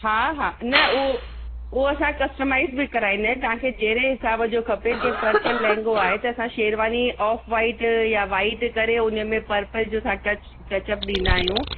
हा हा न उहो उहो असां कस्टमाइज़ बि कराईंदा आहियूं तव्हांखे कहिड़े हिसाब जो खपे जीअं पर्पल लेहंगो आहे त असां शेरवानी ऑफ वाइट या वाइट करे उन में पर्पल जो असां टच टच अप ॾींदा आहियूं